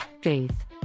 faith